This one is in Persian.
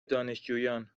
دانشجویان